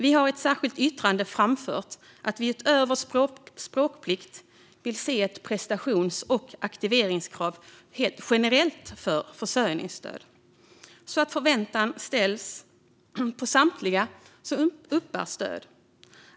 Vi har i ett särskilt yttrande framfört att vi utöver språkplikt vill se ett prestations och aktiveringskrav generellt för försörjningsstöd så att förväntan ställs på samtliga som uppbär stöd.